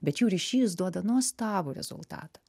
bet jų ryšys duoda nuostabų rezultatą